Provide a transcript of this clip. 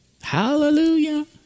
Hallelujah